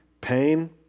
pain